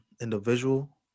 individual